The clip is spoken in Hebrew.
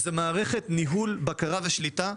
זו מערכת ניהול של בקרה ושליטה,